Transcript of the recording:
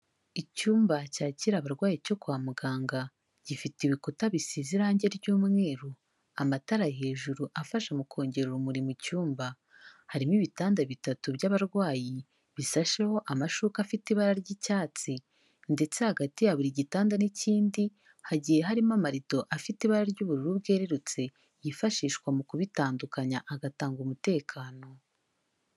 Icyumba cyakira abarwayi cyo kwa muganga gifite ibikuta bisize irange ry'umweru, amatara hejuru afasha mu kongera urumuri mu cyumba, harimo ibitanda bitatu by'abarwayi bisasheho amashuka afite ibara ry'icyatsi, ndetse hagati ya buri gitanda n'ikindi hagiye harimo amarido afite ibara ry'ubururu bwererutse yifashishwa mu kubitandukanya agatanga umutekano.